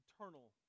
eternal